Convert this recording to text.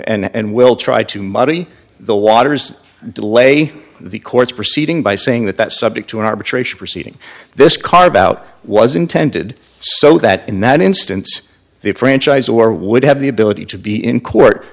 and will try to muddy the waters delay the court's proceeding by saying that that subject to an arbitration proceeding this carve out was intended so that in that instance the ranches or would have the ability to be in court